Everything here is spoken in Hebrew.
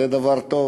זה דבר טוב.